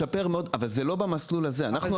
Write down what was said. אבל זה לא במסלול הזה.